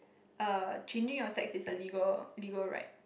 uh changing your sex is a legal legal right